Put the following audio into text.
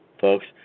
folks